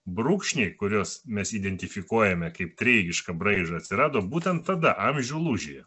brūkšniai kuriuos mes identifikuojame kaip treigišką braižą atsirado būtent tada amžių lūžyje